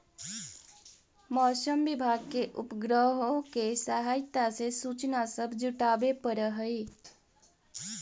मौसम विभाग के उपग्रहों के सहायता से सूचना सब जुटाबे पड़ हई